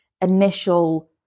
initial